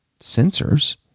sensors